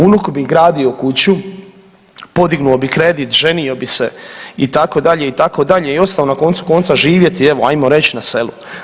Unuk bi gradio kuću, podigao bi kredit, ženio bi se itd. i ostao na koncu konca živjeti evo hajmo reći na selu.